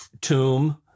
tomb